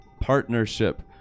partnership